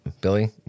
Billy